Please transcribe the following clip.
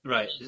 Right